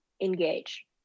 engage